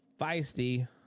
feisty